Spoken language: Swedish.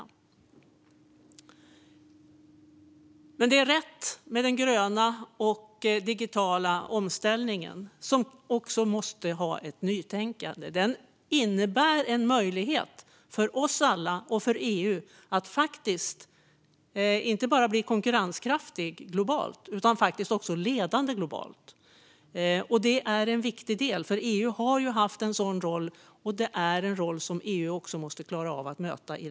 Det är rätt med den gröna och digitala omställningen, som också måste innefatta ett nytänkande. Den innebär en möjlighet för oss alla och för EU att inte bara bli konkurrenskraftiga globalt utan faktiskt också bli ledande globalt. Det är en viktig del, för EU har haft en sådan roll, och det är en roll som EU måste klara av även i denna tid.